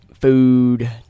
food